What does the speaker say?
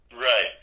Right